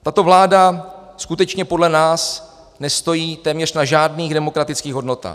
Tato vláda skutečně podle nás nestojí téměř na žádných demokratických hodnotách.